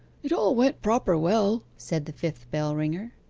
it all went proper well said the fifth bell-ringer.